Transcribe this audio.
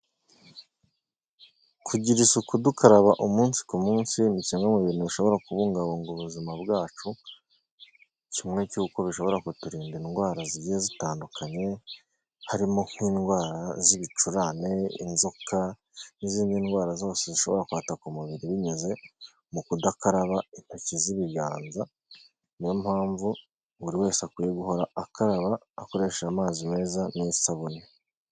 Kugira isuku dukaraba umunsi ku munsi ni kimwe mu bintu bishobora kubungabunga ubuzima bwacu, kimwe cy'uko bishobora kuturinda indwara zigiye zitandukanye harimo nk'indwara z'ibicurane, inzoka, n'izindi ndwara zose zishobora kwataka umubiri binyuze mu kudakaraba intoki z'ibiganza, niyo mpamvu buri wese akwiye guhora akaraba akoresheje amazi meza n'isabune.